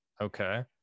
Okay